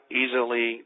easily